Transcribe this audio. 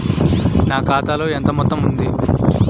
నా ఖాతాలో ఎంత మొత్తం ఉంది?